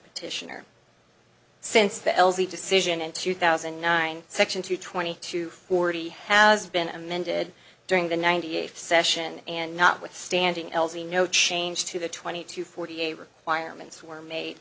petitioner since the l z decision in two thousand and nine section two twenty two forty has been amended during the ninety eight session and notwithstanding l z no change to the twenty two forty eight requirements were made